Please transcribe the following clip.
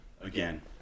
Again